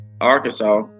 Arkansas